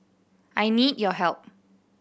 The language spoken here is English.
I need your help